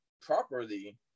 properly